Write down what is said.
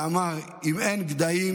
והוא אמר: אם אין גדיים,